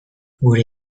gure